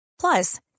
Plus